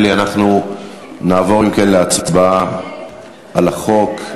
נעבור אם כן להצבעה על החוק.